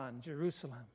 Jerusalem